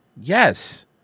Yes